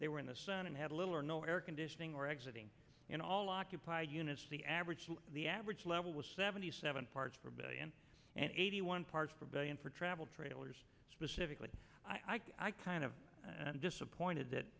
they were in the sun and had little or no air conditioning or exiting in all occupied units the average the average level was seventy seven parts per billion and eighty one parts per billion for travel trailers specifically i kind of disappointed that